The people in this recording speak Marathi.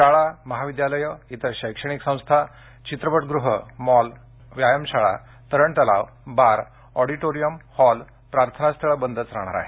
शाळा महाविद्यालयं इतर शैक्षणिक संस्था चित्रपट गृह मॉल व्यायामशाळा तरण तलाव बार ऑडिटोरियम हॉल प्रार्थनास्थळं बंदच राहणार आहेत